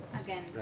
again